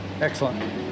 Excellent